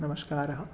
नमस्कारः